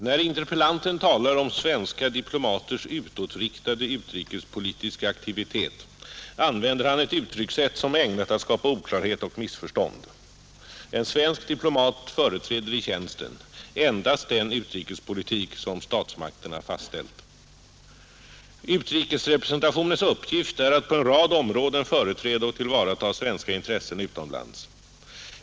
När interpellanten talar om ”svenska diplomaters utåtriktade utrikes politiska aktivitet” använder han ett uttryckssätt som är ägnat att skapa oklarhet och missförstånd. En svensk diplomat företräder i tjänsten endast den utrikespolitik som statsmakterna fastställt. Utrikesrepresentationens uppgift är att på en rad områden företräda och tillvarata svenska intressen utomlands.